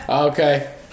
Okay